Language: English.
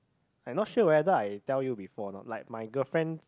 I not sure whether I tell you before or not like my girlfriend